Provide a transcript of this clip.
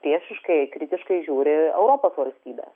priešiškai kritiškai žiūri europos valstybės